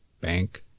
Bank